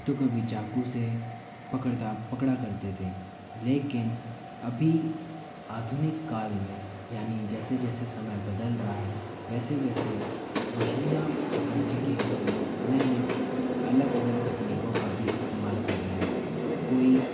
तो कभी चाकू से पकड़ता पकड़ा करते थे लेकिन अभी आधुनिक काल में यानी जैसे जैसे समय बदल रहा है वैसे वैसे मछलियां पकड़ने के लिए लोग अन्य अन्य अलग अलग तकनीक का भी इस्तेमाल कर रहे हैं कोई